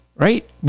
Right